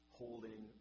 holding